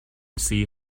see